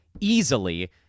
easily